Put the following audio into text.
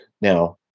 Now